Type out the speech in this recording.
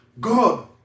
God